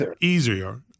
easier